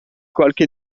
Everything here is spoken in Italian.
qualche